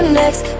next